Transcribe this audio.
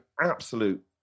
absolute